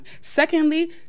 Secondly